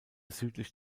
südlich